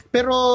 Pero